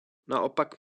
naopak